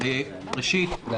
חבר הכנסת אבוטבול,